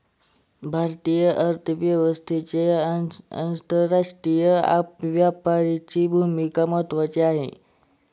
भारतीय अर्थव्यवस्थेत आंतरराष्ट्रीय व्यापाराची भूमिका महत्त्वाची आहे